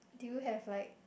do you have like